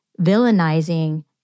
villainizing